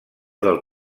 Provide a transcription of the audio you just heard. del